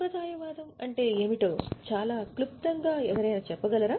సంప్రదాయవాదం అంటే ఏమిటో చాలా క్లుప్తంగా ఎవరైనా చెప్పగలరా